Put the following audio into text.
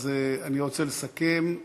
אז אני רוצה לסכם,